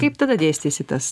kaip tada dėstysi tas